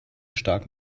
stark